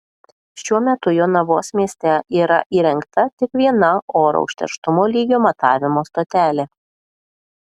šiuo metu jonavos mieste yra įrengta tik viena oro užterštumo lygio matavimo stotelė